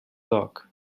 lock